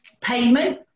payment